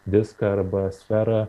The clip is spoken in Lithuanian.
diską arba sferą